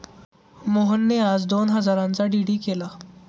मोहनने आज दोन हजारांचा डी.डी केला